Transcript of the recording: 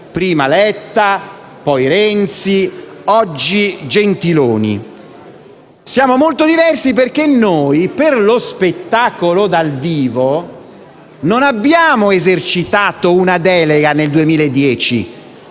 Letta, poi Renzi, oggi Gentiloni Silveri. Siamo molto diversi perché noi per lo spettacolo dal vivo non abbiamo esercitato una delega nel 2010,